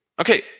Okay